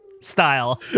style